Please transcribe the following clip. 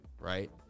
right